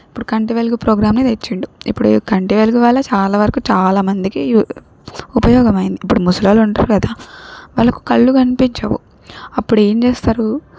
ఇప్పుడు కంటి వెలుగు ప్రోగ్రామ్నే తెచ్చిండు ఇప్పుడు కంటి వెలుగు వల్ల చాలా వరకు చాలా మందికి యూ ఉపయోగం అయ్యింది ఇప్పుడు ముసలోళ్ళుంటరు గదా వాళ్ళకు కళ్ళు కనిపిచ్చవు అప్పుడు ఏం చేస్తారు